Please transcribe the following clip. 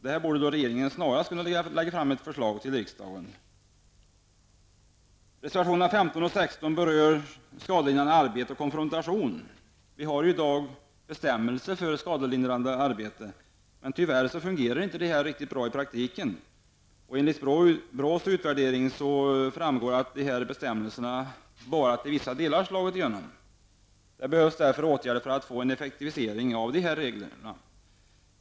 Där borde regeringen snarast kunna lägga fram ett förslag inför riksdagen. I reservationerna 15 och 16 berörs skadelindrande arbete och konfrontation. Vi har ju i dag bestämmelser för skadelindrande arbete, men tyvärr så fungerar dessa i praktiken inte speciellt bra. Enligt BRÅs utvärdering framgår att dessa bestämmelser bara till vissa delar slagit igenom. Det behövs därför åtgärder för att få en effektivisering av reglerna.